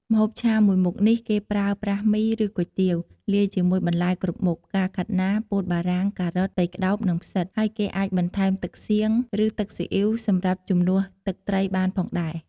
ម្ហូបឆាមួយមុខនេះគេប្រើប្រាស់មី ឬគុយទាវ លាយជាមួយបន្លែគ្រប់មុខ ផ្កាខាត់ណា ពោតបារាំង ការ៉ុត ស្ពៃក្ដោប និងផ្សិត ហើយគេអាចបន្ថែម ទឹកសៀង ឬទឹកស៊ីអ៉ីវ សម្រាប់ជំនួសទឹកត្រីបានផងដែរ។